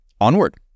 Onward